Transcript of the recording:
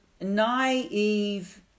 naive